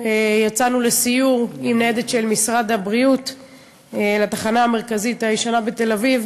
יצאנו לסיור עם ניידת של משרד הבריאות לתחנה המרכזית הישנה בתל-אביב